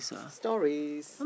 stories